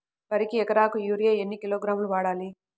వరికి ఎకరాకు యూరియా ఎన్ని కిలోగ్రాములు వాడాలి?